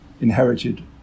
inherited